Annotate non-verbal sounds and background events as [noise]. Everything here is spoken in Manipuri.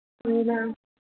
[unintelligible]